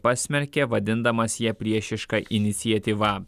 pasmerkė vadindamas ją priešiška iniciatyva